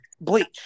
bleach